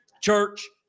Church